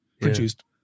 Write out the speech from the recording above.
produced